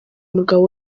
umugabo